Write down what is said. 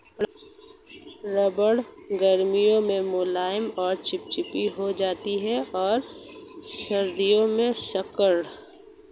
रबड़ गर्मियों में मुलायम व चिपचिपी हो जाती है और सर्दियों में कठोर